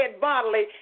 bodily